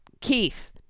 Keith